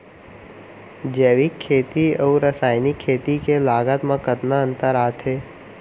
जैविक खेती अऊ रसायनिक खेती के लागत मा कतना अंतर आथे?